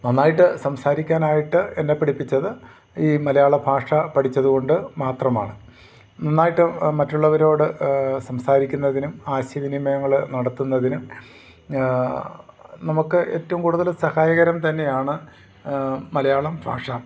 നന്നായിട്ട് സംസാരിക്കാനായിട്ട് എന്നെ പഠിപ്പിച്ചത് ഈ മലയാള ഭാഷ പഠിച്ചതു കൊണ്ടു മാത്രമാണ് നന്നായിട്ട് മറ്റുള്ളവരോട് സംസാരിക്കുന്നതിനും ആശയവിനിമയങ്ങൾ നടത്തുന്നതിനും നമുക്ക് ഏറ്റവും കൂടുതൽ സഹായകരം തന്നെയാണ് മലയാളം ഭാഷ